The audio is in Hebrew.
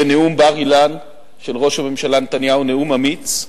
בנאום בר-אילן של ראש הממשלה נתניהו, נאום אמיץ,